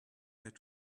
had